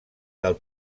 del